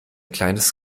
kleines